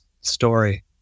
story